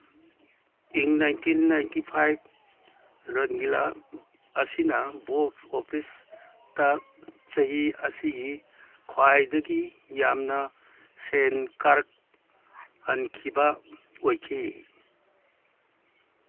ꯏꯪ nineteen ninety five ꯔꯪꯒꯤꯂꯥ ꯑꯁꯤꯅ ꯕꯣꯛꯁ ꯑꯣꯐꯤꯁꯇ ꯆꯍꯤ ꯑꯁꯤꯒꯤ ꯈ꯭ꯋꯥꯏꯗꯒꯤ ꯌꯥꯝꯅ ꯁꯦꯟ ꯀꯥꯔꯛꯍꯟꯈꯤꯕ ꯑꯣꯏꯈꯤ